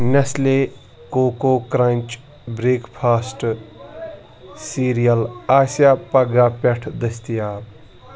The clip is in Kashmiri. Nestle Koko Krunch breakfast cereal آسیٚا پگاہ پٮ۪ٹھ دٔستِیاب